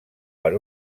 per